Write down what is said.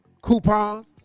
Coupons